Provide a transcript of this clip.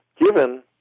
given